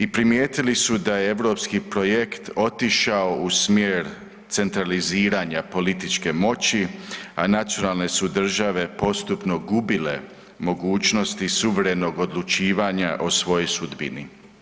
I primijetili su da je europski projekt otišao u smjer centraliziranja političke moći, a nacionalne su države postupno gubile mogućnosti suverenog odlučivanja o svojoj sudbini.